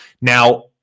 Now